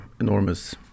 enormous